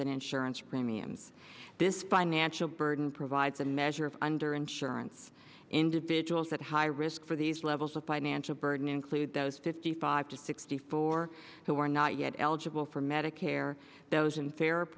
and insurance premiums this financial burden provides a measure of under insurance individuals that high risk for these levels of financial burden include those fifty five to sixty four who are not yet eligible for medicare those in